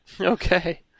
Okay